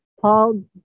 Paul